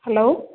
hello